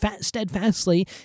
steadfastly